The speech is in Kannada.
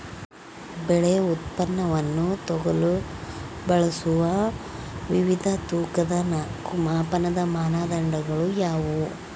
ಬೆಳೆ ಉತ್ಪನ್ನವನ್ನು ತೂಗಲು ಬಳಸುವ ವಿವಿಧ ತೂಕದ ನಾಲ್ಕು ಮಾಪನದ ಮಾನದಂಡಗಳು ಯಾವುವು?